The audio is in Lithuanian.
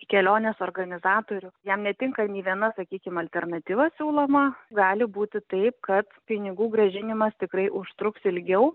į kelionės organizatorių jam netinka nė viena sakykim alternatyva siūloma gali būti taip kad pinigų grąžinimas tikrai užtruks ilgiau